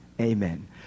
amen